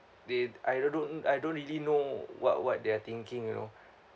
they I don't know I don't really know what what they're thinking you know